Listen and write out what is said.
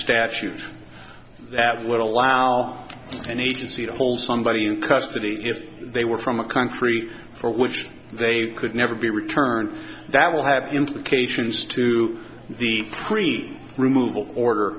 statute that would allow an agency to hold somebody in custody if they were from a country for which they could never be returned that will have implications to the creek removal order